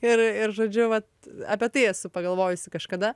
ir ir žodžiu vat apie tai esu pagalvojusi kažkada